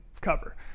cover